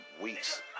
weeks